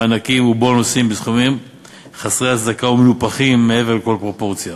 מענקים ובונוסים בסכומים חסרי הצדקה ומנופחים מעבר לכל פרופורציה.